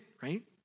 right